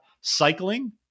cycling